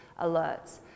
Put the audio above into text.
alerts